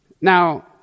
Now